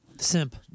Simp